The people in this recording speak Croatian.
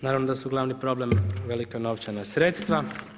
Naravno da su glavni problem velika novčana sredstva.